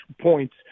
points